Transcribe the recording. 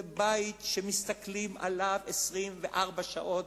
זה בית שמסתכלים עליו 24 שעות,